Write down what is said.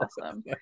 awesome